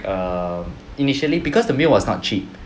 um initially because the meal was not cheap